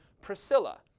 Priscilla